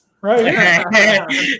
right